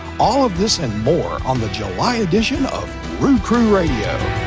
all of this and more on the july edition of rood crew radio.